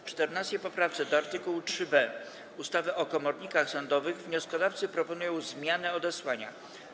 W 14. poprawce do art. 3b ustawy o komornikach sądowych wnioskodawcy proponują zmianę odesłania.